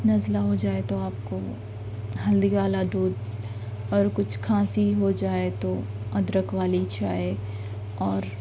نزلہ ہو جائے تو آپ کو ہلدی والا دودھ اور کچھ کھانسی ہو جائے تو ادرک والی چائے اور